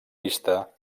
vista